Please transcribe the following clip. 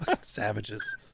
Savages